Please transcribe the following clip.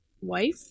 wife